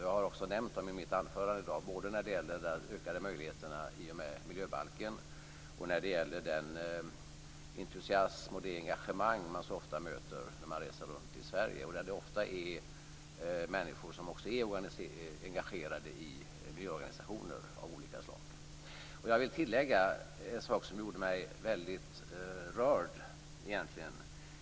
Jag har också nämnt dem i mitt anförande i dag både när det gäller de ökade möjligheterna i och med miljöbalken och när det gäller den entusiasm och det engagemang jag så ofta möter när jag reser runt i Sverige. Det är ofta människor som är engagerade i miljöorganisationer av olika slag. Jag vill tillägga en sak som gjorde mig väldigt rörd.